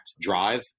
drive